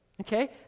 okay